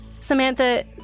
Samantha